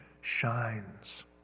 shines